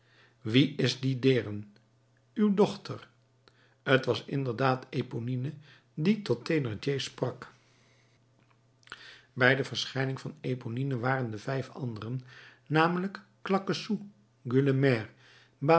wie is die deern uw dochter t was inderdaad eponine die tot thénardier sprak bij de verschijning van eponine waren de vijf anderen namelijk